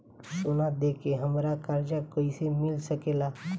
सोना दे के हमरा कर्जा कईसे मिल सकेला?